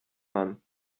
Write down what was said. man